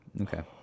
Okay